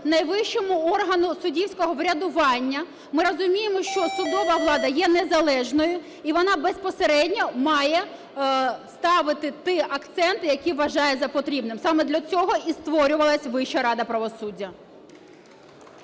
найвищому органу суддівського врядування. Ми розуміємо, що судова влада є незалежною і вона безпосередньо має ставити ті акценти, які вважає за потрібне. Саме для цього і створювалась Вища рада правосуддя.